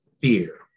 fear